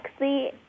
Lexi